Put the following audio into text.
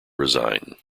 resign